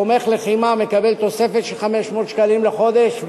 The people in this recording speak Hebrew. תומך לחימה מקבל תוספת של 500 שקלים בחודש,